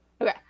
Okay